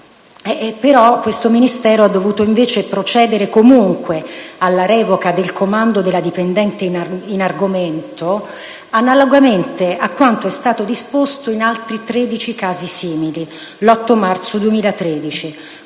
Questo Ministero ha dovuto, invece, procedere comunque alla revoca del comando della dipendente in argomento, analogamente con quanto disposto in altri tredici casi simili, l'8 marzo 2013, con